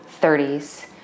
30s